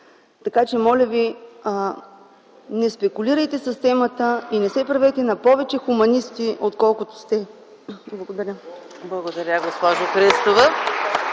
Така че, моля Ви, не спекулирайте с темата и не се правете на повече хуманисти, отколкото сте. Благодаря. (Ръкопляскания от